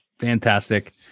Fantastic